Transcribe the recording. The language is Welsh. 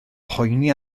poeni